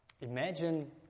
imagine